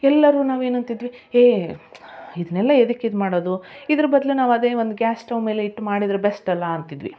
ಎಲ್ಲರೂ ನಾವು ಏನಂತಿದ್ವಿ ಹೇ ಇದನ್ನೆಲ್ಲ ಎದಕ್ಕೆ ಇದು ಮಾಡೋದು ಇದ್ರ ಬದ್ಲು ನಾವು ಅದೇ ಒಂದು ಗ್ಯಾಸ್ ಸ್ಟವ್ ಮೇಲೆ ಇಟ್ಟು ಮಾಡಿದರೆ ಬೆಸ್ಟ್ ಅಲ್ಲ ಅಂತಿದ್ವಿ